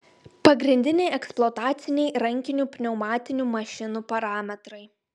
pagrindiniai eksploataciniai rankinių pneumatinių mašinų parametrai